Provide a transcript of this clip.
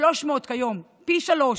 ל-300 כיום, פי שלושה.